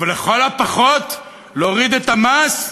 אבל לכל הפחות להוריד את המס.